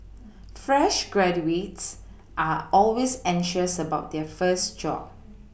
fresh graduates are always anxious about their first job